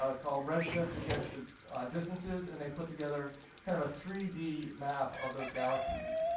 ah called redshift, to get the distances, and they put together kind of a three d map of those galaxies.